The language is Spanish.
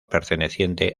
perteneciente